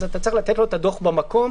אתה צריך לתת לו את הדוח במקום.